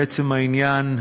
לעצם העניין,